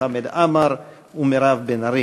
חמד עמאר ומירב בן ארי.